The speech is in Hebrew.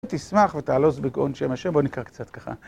תשמח ותעלוז בגאון שם השם, בוא נקרא קצת ככה.